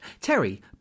Terry